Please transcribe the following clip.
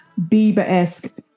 bieber-esque